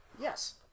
Yes